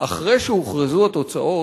אחרי שהוכרזו התוצאות,